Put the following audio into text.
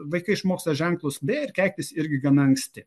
vaikai išmoksta ženklus beje ir keiktis gana anksti